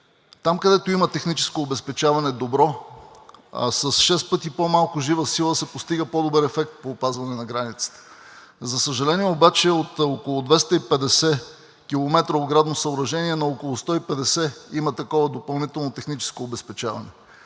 там, където има добро техническо обезпечаване с 6 пъти по-малко жива сила, се постига по-добър ефект по опазване на границата. За съжаление обаче, от около 250 км оградно съоръжение на около 150 км има такова допълнително техническо обезпечаване.